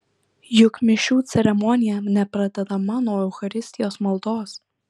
juk mišių ceremonija nepradedama nuo eucharistijos maldos